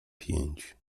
pięć